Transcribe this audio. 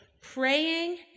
praying